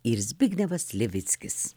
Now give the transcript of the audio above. ir zbignevas levickis